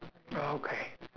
okay